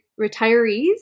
retirees